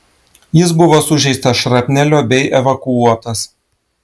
jis buvo sužeistas šrapnelio bei evakuotas